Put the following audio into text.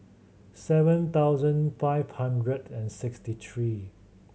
seven thousand five hundred and sixty three